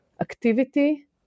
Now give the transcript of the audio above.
activity